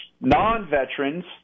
non-veterans